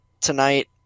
tonight